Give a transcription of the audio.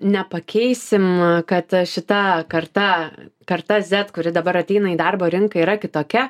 nepakeisim kad šita karta karta zet kuri dabar ateina į darbo rinką yra kitokia